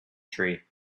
tree